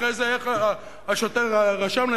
ואחרי זה השוטר שרשם,